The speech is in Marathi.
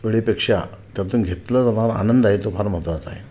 वेळेपेक्षा त्यातून घेतला जाणारा आनंद आहे तो फार महत्त्वाचा आहे